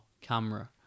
camera